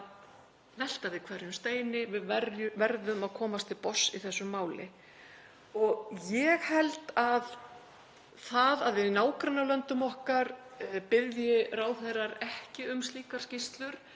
verðum að velta við hverjum steini. Við verðum að komast til botns í þessu máli. Ég held að það að í nágrannalöndum okkar biðji ráðherrar ekki um slíkar skýrslur